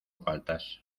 faltas